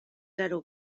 zero